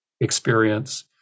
experience